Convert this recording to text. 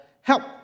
help